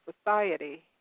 society